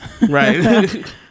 right